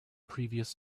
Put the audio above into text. previous